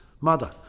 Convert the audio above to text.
mother